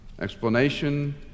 explanation